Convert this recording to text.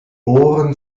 ohren